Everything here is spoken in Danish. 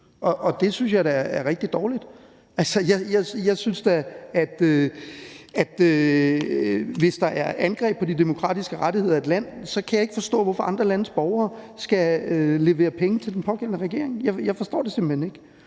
og det synes jeg da er rigtig dårligt. Altså, hvis der er angreb på de demokratiske rettigheder i et land, kan jeg ikke forstå, hvorfor andre landes borgere skal levere penge til den pågældende regering. Jeg forstår det simpelt hen ikke.